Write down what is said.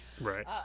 Right